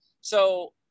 so-